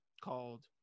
called